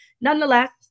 nonetheless